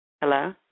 Hello